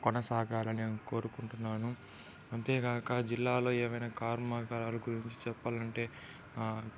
కొనసాగాలని కోరుకుంటున్నాను అంతేకాక జిల్లాలో ఏవైనా కార్మగారాల గురించి చెప్పాలంటే